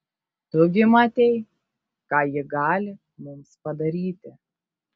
tu gi matei ką ji gali mums padaryti